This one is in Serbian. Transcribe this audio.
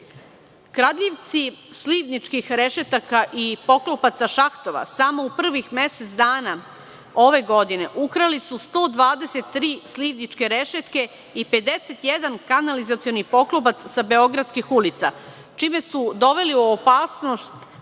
građana. Kradljivci slivničkih rešetaka i poklopaca šahtova samo u prvih mesec dana ove godine ukrali su 123 slivničke rešetke i 51 kanalizacioni poklopac za beogradskih ulica, čime su doveli u opasnost